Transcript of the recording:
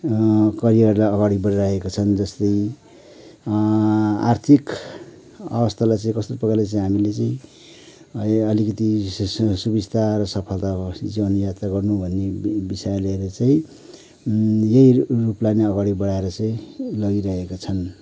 करियरलाई अगाडि बढाइरहेका छन् जस्तै आर्थिक अवस्थालाई चाहिँ कस्तो प्रकारले चाहिँ हामीले चाहिँ अलिकति सुविस्ता र सफलताको जीवन यात्रा गर्नु भन्ने विषय लिएर चाहिँ यहीँ रूपलाई नै अगाडि बढाएर चाहिँ लागि रहेका छन्